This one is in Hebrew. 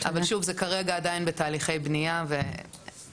אבל שוב, זה כרגע עדיין בתהליכי בנייה ובשאיפה.